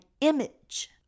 image